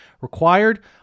required